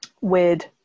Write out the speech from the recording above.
weird